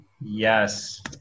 Yes